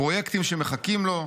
פרויקטים שמחכים לו,